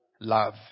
love